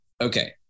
Okay